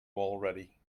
already